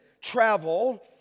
travel